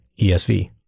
ESV